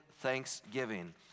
thanksgiving